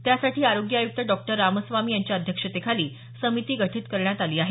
त्यासाठी आरोग्य आयुक्त डॉ रामास्वामी यांच्या अध्यक्षतेखाली समिती गठीत करण्यात आली आहे